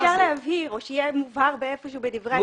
אפשר להבהיר או שיהיה מובהר היכן שהוא בדברי ההסבר.